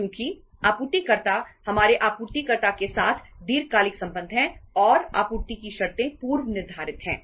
क्योंकि आपूर्तिकर्ता हमारे आपूर्तिकर्ता के साथ दीर्घकालिक संबंध हैं और आपूर्ति की शर्तें पूर्व निर्धारित हैं